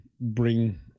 bring